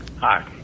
Hi